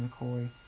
McCoy